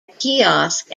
kiosk